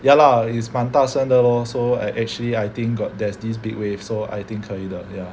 ya lah it's 蛮大声的 lor so eh actually I think got there's this big waves so I think 可以的 ya